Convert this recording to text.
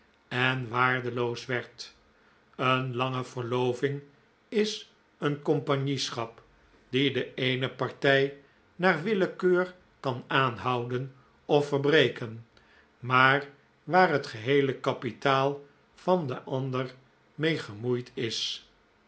en waardeloos werd een lange verloving is een compagnieschap die de eene partij naar willekeur kan aanhouden of verbreken maar waar het geheele kapitaal van den ander mee gemoeid is